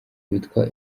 witwa